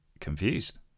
confused